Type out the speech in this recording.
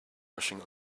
rushing